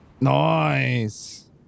Nice